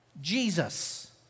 Jesus